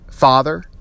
Father